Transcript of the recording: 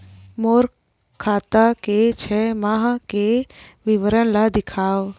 मोर खाता के छः माह के विवरण ल दिखाव?